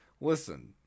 Listen